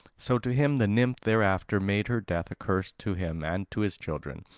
so to him the nymph thereafter made her death a curse, to him and to his children.